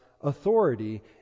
authority